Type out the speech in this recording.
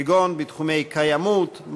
כגון בתחומי קיימות,